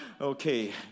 Okay